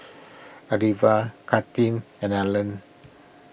Alivia Katelin and Allan